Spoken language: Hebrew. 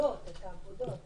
את האגודות.